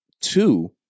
two